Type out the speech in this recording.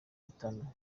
bitanu